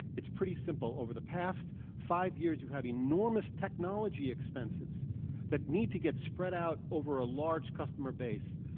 it's pretty simple. over the past five years, you have enormous technology expenses that need to get spread out over a large customer base.